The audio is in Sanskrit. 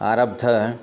आरब्धा